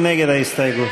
מנואל טרכטנברג,